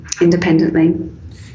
independently